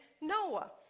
noah